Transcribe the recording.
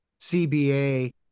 CBA